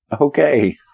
Okay